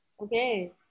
Okay